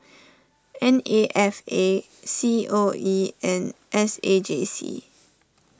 N A F A C O E and S A J C